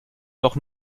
doch